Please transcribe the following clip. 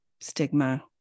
stigma